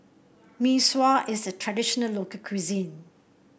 Mee Sua is a traditional local cuisine